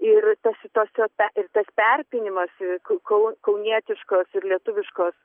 ir tarsi tasai ir tas perpynimas įvilkau kaunietiškos ir lietuviškos